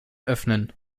öffnen